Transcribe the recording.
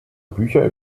bücher